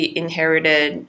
inherited